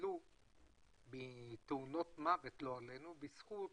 ניצלו ממוות בתאונות בזכות